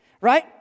right